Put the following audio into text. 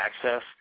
access